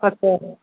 अच्छा